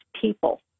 people